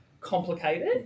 complicated